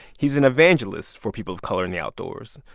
he's an evangelist for people of color in the outdoors.